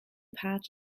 patch